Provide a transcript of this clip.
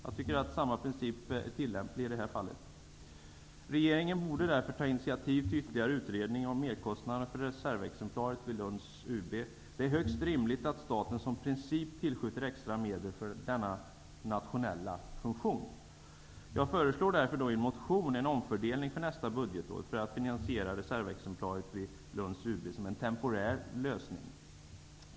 Jag tycker att denna princip är tillämplig i detta fall. Regeringen borde därför ta initiativ till en fortsatt utredning om merkostnaderna för reservexemplaret vid Lunds UB. Det är högst rimligt att staten som princip tillskjuter extra medel för denna nationella funktion. Jag har därför i en motion föreslagit, som en temporär lösning, en omfördelning av resurserna för nästa budgetår för att finansiera reservexemplaret vid Lunds UB.